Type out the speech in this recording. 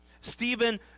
Stephen